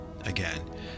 again